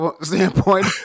standpoint